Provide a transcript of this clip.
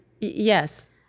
Yes